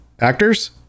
actors